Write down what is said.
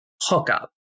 hookup